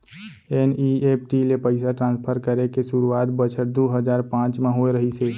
NEFT ले पइसा transfer करे के सुरूवात बछर दू हजार पॉंच म होय रहिस हे